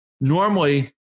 Normally